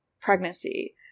pregnancy